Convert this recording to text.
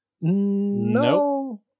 no